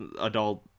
adult